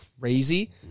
crazy